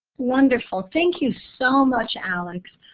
wonderful. thank you so much, alex.